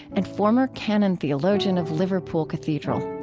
and former canon theologian of liverpool cathedral.